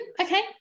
okay